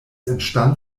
entstand